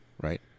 right